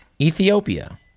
Ethiopia